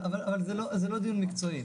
אבל זה לא דיון מקצועי.